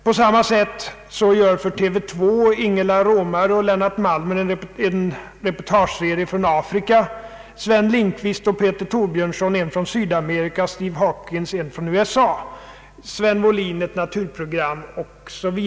På samma sätt gör för TV 2 Ingela Romare och Lennart Malmer en reportageserie från Afrika, Sven Lindqvist och Peter Torbjörnsson en från Sydamerika och Steve Hopkins en från USA, Sven Wohlin ett naturprogram 0. s. Vv.